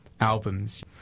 albums